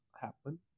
happen